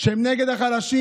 שהן נגד החלשים,